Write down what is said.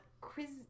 Quiz